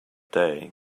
day